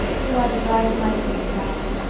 you are the bride of my dreams, diana,